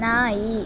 ನಾಯಿ